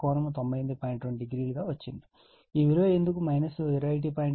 20 గా వచ్చింది ఈ విలువ ఎందుకు 21